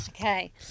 Okay